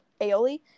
aioli